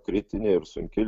kritinė ir sunki